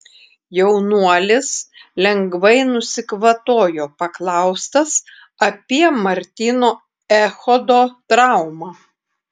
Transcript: jaunuolis lengvai nusikvatojo paklaustas apie martyno echodo traumą